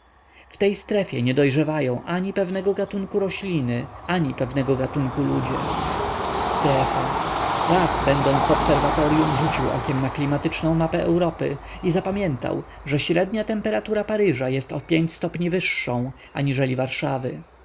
w tej strefie nie dojrzewają ani pewnego gatunku rośliny ani pewnego gatunku ludzie strefa raz będąc w obserwatoryum rzucił okiem na klimatyczną mapę europy i zapamiętał że średnia temperatura paryża jest o wyższą aniżeli warszawy